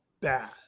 bad